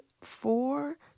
four